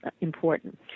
important